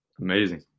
Amazing